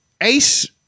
Ace